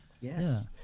Yes